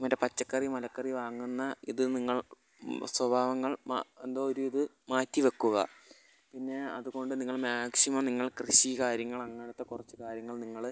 മറ്റേ പച്ചക്കറി മലക്കറി വാങ്ങുന്ന ഇത് നിങ്ങൾ സ്വഭാവങ്ങൾ എന്തോ ഒരിത് മാറ്റി വെക്കുക പിന്നെ അതുകൊണ്ട് നിങ്ങൾ മാക്സിമം നിങ്ങൾ കൃഷി കാര്യങ്ങൾ അങ്ങനത്തെ കുറച്ച് കാര്യങ്ങൾ നിങ്ങൾ